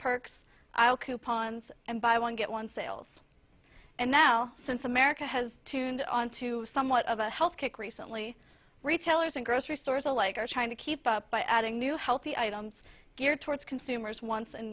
perks aisle coupons and buy one get one sales and now since america has tuned onto somewhat of a health kick recently retailers and grocery stores alike are trying to keep up by adding new healthy items geared towards consumers wants and